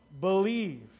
believe